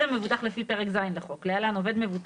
המבוטח לפי פרק ז' לחוק (להלן - עובד מבוטח),